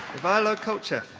ivaylo kolchev.